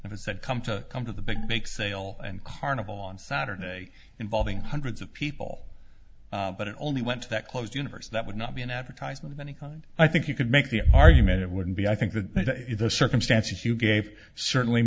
that come to come to the big make sail and carnival on saturday involving hundreds of people but it only went to that closed universe that would not be an advertisement of any kind i think you could make the argument it wouldn't be i think that the circumstances you gave certainly